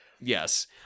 Yes